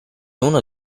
uno